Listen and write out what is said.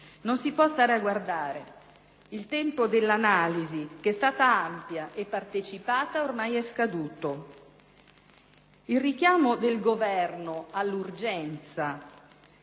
Non si può stare a guardare; il tempo dell'analisi, che è stata ampia e partecipata, ormai è scaduto. Il richiamo del Governo all'urgenza